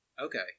okay